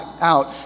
out